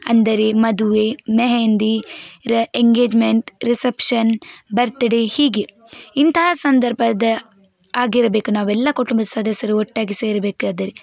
ಅಂದರೆ ಮದುವೆ ಮೆಹಂದಿ ರ ಎಂಗೇಜ್ಮೆಂಟ್ ರಿಸಪ್ಷನ್ ಬರ್ತ್ಡೇ ಹೀಗೆ ಇಂತಹ ಸಂದರ್ಭ ಆಗಿರಬೇಕು ನಾವೆಲ್ಲ ಕುಟುಂಬದ ಸದಸ್ಯರು ಒಟ್ಟಾಗಿ ಸೇರಬೇಕಾದರೆ